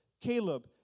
Caleb